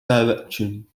directions